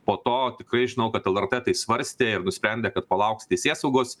po to tikrai žinau kad lrt tai svarstė ir nusprendė kad palauks teisėsaugos